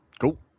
cool